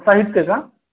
साहित्य का